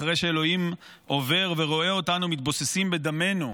אחרי שאלוהים עובר ורואה אותנו מתבוססים בדמנו,